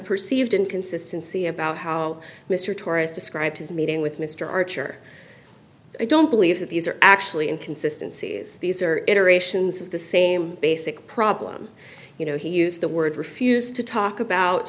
perceived inconsistency about how mr tourist described his meeting with mr archer i don't believe that these are actually inconsistency is these are iterations of the same basic problem you know he used the word refused to talk about